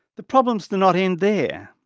the problems do not end there.